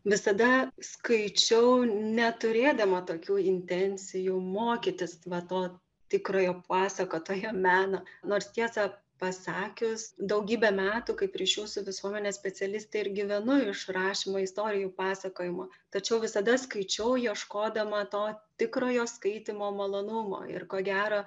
visada skaičiau neturėdama tokių intencijų mokytis va to tikrojo pasakotojo meno nors tiesą pasakius daugybę metų kaip ryšių su visuomene specialistė ir gyvenu iš rašymo istorijų pasakojimo tačiau visada skaičiau ieškodama to tikrojo skaitymo malonumo ir ko gero